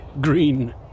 Green